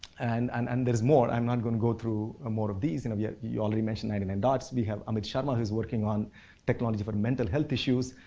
and and and there's more, i'm not going go through ah more of these and we yeah yeah already mentioned ninety nine dots, we have amit sharma who is working on technology for mental health issues.